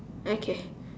okay